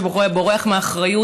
שבורח מאחריות,